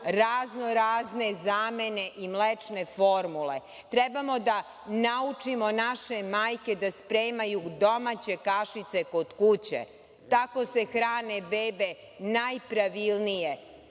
raznorazne zamene i mlečne formule. Trebamo da naučimo naše majke da spremaju domaće kašice kod kuće. Tako se hrane bebe najpravilnije,